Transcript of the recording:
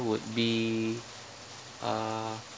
would be uh